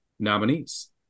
nominees